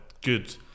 good